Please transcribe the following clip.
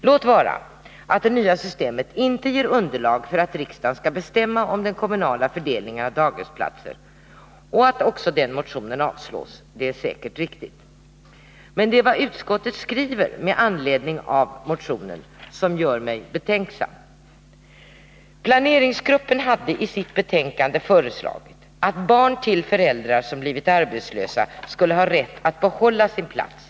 Låt vara att det nya systemet inte ger underlag för att riksdagen skall bestämma om den kommunala fördelningen av daghemsplatser och att också den motionen avslås. Det är säkert riktigt. Men det är vad utskottet skriver med anledning av motionen som gör mig betänksam. Planeringsgruppen hade i sitt betänkande föreslagit att barn till föräldrar som blivit arbetslösa skulle ha rätt att behålla sin plats.